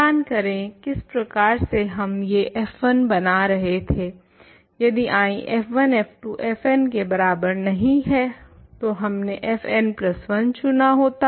ध्यान करें किस प्रकार से हम ये fi बना रहे थे यदि I f1 f2 fn के बराबर नहीं है तो हमने f n1 चुना होता